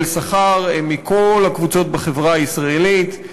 שכר הם מכל הקבוצות בחברה הישראלית,